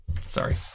Sorry